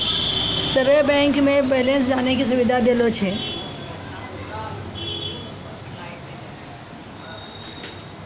सभे बैंक मे बैलेंस जानै के सुविधा देलो छै